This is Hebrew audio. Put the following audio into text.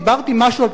דיברתי משהו,